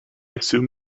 assume